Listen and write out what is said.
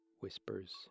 Whispers